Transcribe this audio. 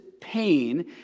pain